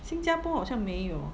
新加坡好像没有